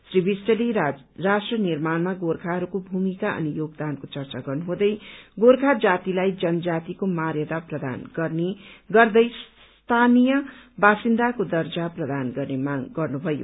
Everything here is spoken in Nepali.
श्री विष्टले राष्ट्र निर्माणमा गोर्खाहरूको भूमिका अनि योगदानको चर्चा गर्नुहुँदै गोर्खा जातिलाई जनजातिको मर्यादा प्रदान गर्दै स्थानीय वासिन्दाको दर्जा प्रदान गर्ने माग गर्नुभयो